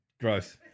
gross